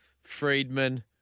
Friedman